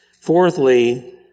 Fourthly